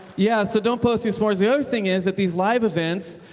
yeah, so don't post spoilers. the other thing is at these live events,